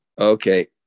Okay